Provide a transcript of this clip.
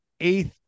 eighth